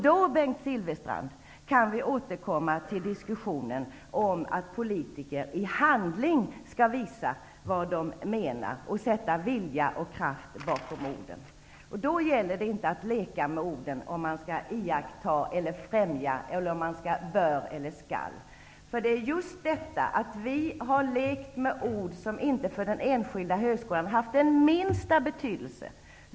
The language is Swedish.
Då, Bengt Silfverstrand, kan vi återkomma till diskussionen om att politiker i handling skall visa vad de menar och sätta vilja och kraft bakom orden. Då gäller det inte att leka med orden om man skall iaktta eller främja, eller om man bör eller skall. Vi har lekt med ord, som för den enskilda högskolan inte har haft den minsta betydelse.